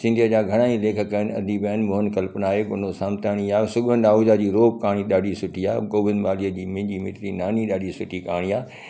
सिंधीअ जा घणा ई लेखक आहिनि अदीप आहिनि मोहन कल्पना आहे गुनो समताणी आहे सुगंध आहुजा जी रोग कहाणी ॾाढी सुठी आहे गोविंद वाॾीअ जी मुंहिंजी मिठड़ी नानी ॾाढी सुठी कहाणी आहे